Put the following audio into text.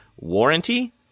warranty